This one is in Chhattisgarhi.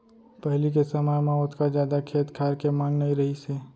पहिली के समय म ओतका जादा खेत खार के मांग नइ रहिस हे